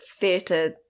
theatre